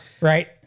Right